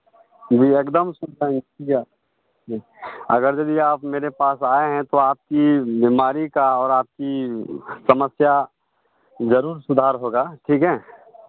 जी एकदम सुलझाऍंगे जी हाँ जी अगर यदि आप मेरे पास आए हैं तो आपकी बीमारी का और आपकी समस्या जरूर सुधार होगा ठीक है